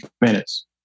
minutes